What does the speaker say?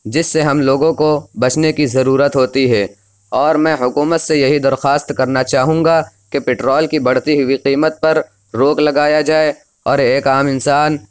جس سے ہم لوگوں کو بچنے کی ضرورت ہوتی ہے اور میں حکومت سے یہی درخواست کرنا چاہوں گا کہ پٹرول کی بڑھتی ہوئی قیمت پر روک لگایا جائے اور ایک عام انسان